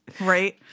Right